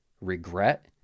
regret